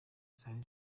zari